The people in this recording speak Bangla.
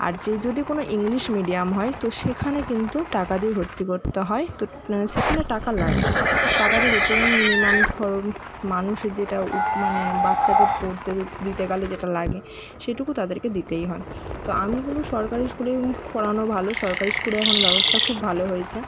আর যে যদি কোনো ইংলিশ মিডিয়াম হয় তো সেখানে কিন্তু টাকা দিয়ে ভর্তি করতে হয় তো সেখানে টাকা লাগে টাকা দিয়ে ভর্তি করতে মিনিমাম ধরুন মানুষের যেটা মানে বাচ্চাকে পড়তে দিতে গেলে যেটা লাগে সেটুকু তাদেরকে দিতেই হয় তো আমি বলবো সরকারি স্কুলে পড়ানো ভালো সরকারি স্কুলে এখন ব্যবস্থা খুব ভালো হয়েছে